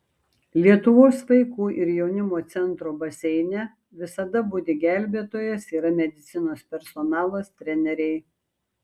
lietuvos vaikų ir jaunimo centro baseine visada budi gelbėtojas yra medicinos personalas treneriai